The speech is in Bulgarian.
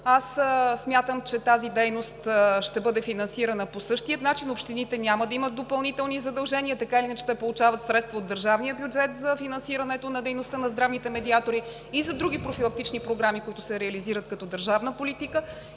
Аз смятам, че тази дейност ще бъде финансирана по същия начин, общините няма да имат допълнителни задължения. Така или иначе те получават средства от държавния бюджет за финансирането на дейността на здравните медиатори и за други профилактични програми, които се реализират като държавна политика.